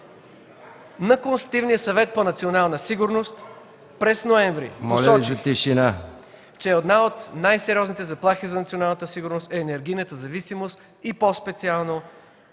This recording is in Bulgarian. На Консултативния съвет по национална сигурност през ноември посочих, че една от най-сериозните заплахи за националната сигурност е енергийната зависимост и по-специално